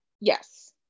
Yes